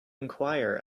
enquire